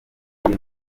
iyi